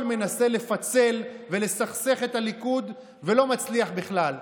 מנסה לפצל ולסכסך את הליכוד ולא מצליח בכלל.